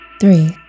Three